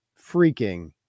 freaking